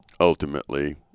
Ultimately